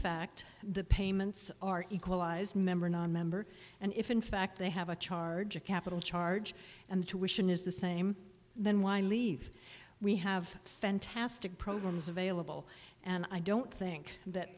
fact the payments are equalise member nonmember and if in fact they have a charge of capital charge and the tuition is the same then why leave we have fantastic programs available and i don't think that